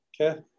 Okay